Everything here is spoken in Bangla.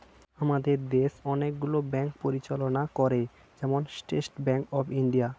আমাদের দেশ অনেক গুলো ব্যাঙ্ক পরিচালনা করে, যেমন স্টেট ব্যাঙ্ক অফ ইন্ডিয়া